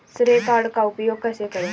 श्रेय कार्ड का उपयोग कैसे करें?